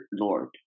Lord